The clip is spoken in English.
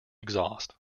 exhaust